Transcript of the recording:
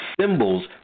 symbols